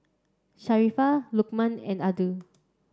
Safiya Lokman and Adi